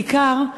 בעיקר,